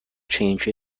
change